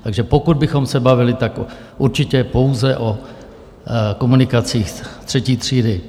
Takže pokud bychom se bavili, tak určitě pouze o komunikacích třetí třídy.